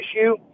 issue